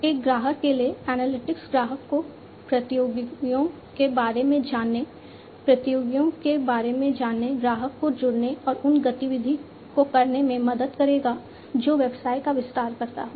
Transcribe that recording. एक ग्राहक के लिए एनालिटिक्स ग्राहक को प्रतियोगियों के बारे में जानने प्रतियोगियों के बारे में जानने ग्राहक को जुड़ने और उन गतिविधि को करने में मदद करेगा जो व्यवसाय का विस्तार करता हो